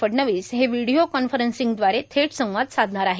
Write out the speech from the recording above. फडणवीस हे व्हिडियो कॉन्फरन्सदवारे थेट संवाद साधणार आहेत